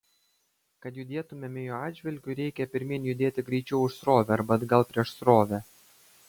kad judėtumėme jo atžvilgiu reikia pirmyn judėti greičiau už srovę arba atgal prieš srovę